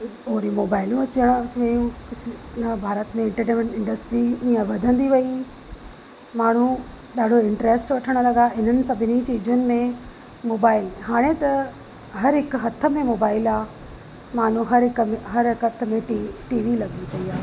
पोइ वरी मोबाइलियूं अची वियूं कुझु बि भारत में एंटरटेनमेंट इंडस्ट्री ईअं वधंदी वई माण्हू ॾाढो इंट्रस्ट वठणु लॻा इन्हनि सभिनी चीजूनि में मोबाइल हाणे त हरहिक हथ में मोबाइल आहे मानो हरहिक में हरहिक हथ में टी वी लॻी पई आहे